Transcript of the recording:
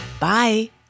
Bye